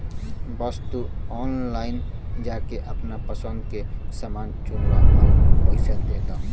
बस तू ऑनलाइन जाके आपन पसंद के समान चुनला आउर पइसा दे दा